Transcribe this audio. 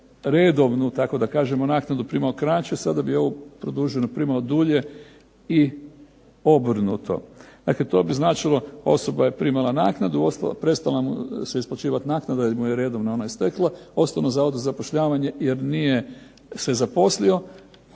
kažemo naknadu primao kraće, sada bi ovu produženu primao dulje i obrnuto. Dakle to bi značilo osoba je primala naknadu, prestala mu se isplaćivati naknada jer mu je redovna ona istekla, ostao na zavodu za zapošljavanje, jer nije se zaposlio,